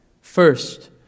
First